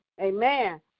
Amen